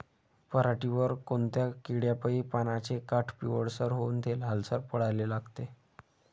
पऱ्हाटीवर कोनत्या किड्यापाई पानाचे काठं पिवळसर होऊन ते लालसर पडाले लागते?